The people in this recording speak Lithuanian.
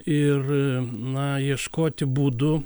ir na ieškoti būdų